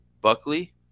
Buckley